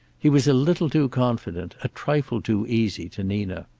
he was a little too confident, a trifle too easy to nina.